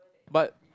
but